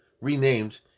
renamed